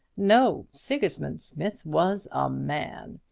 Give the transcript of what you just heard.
no sigismund smith was a man.